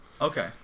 Okay